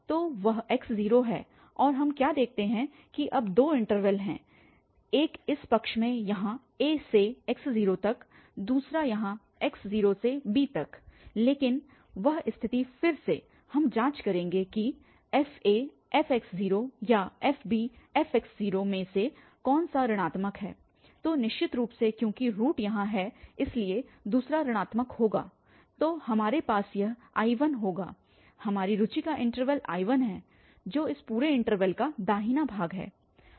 तो वह x0 है और हम क्या देखते हैं कि अब दो इन्टरवल हैं एक इस पक्ष मे यहाँ a से x0 तक है दूसरा यहाँ x0 से b तक है लेकिन वह स्थिति फिर से हम जाँच करेंगे कि ff या ff मे से कौन सा ऋणात्मक है तो निश्चित रूप से क्योंकि रूट यहाँ है इसलिए दूसरा ऋणात्मक होगा तो हमारे पास यह I1 होगा हमारी रुचि का इन्टरवल I1 है जो इस पूरे इन्टरवल का दाहिना भाग है